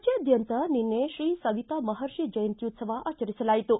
ರಾಜ್ಞಾದ್ಯಂತ ನಿನ್ನೆ ಶ್ರೀ ಸವಿತಾ ಮಹರ್ಷಿ ಜಯಂತ್ಯುತ್ತವ ಆಚರಿಸಲಾಯಿತು